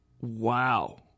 Wow